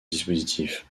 dispositif